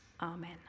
Amen